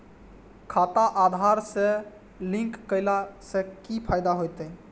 खाता आधार से लिंक केला से कि फायदा होयत?